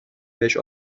بهش